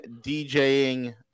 DJing